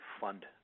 fund